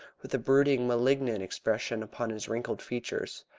with a brooding, malignant expression upon his wrinkled features.